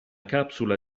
capsula